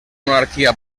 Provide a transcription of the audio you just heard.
monarquia